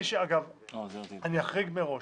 אגב, אני אחריג מראש.